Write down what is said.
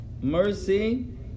Mercy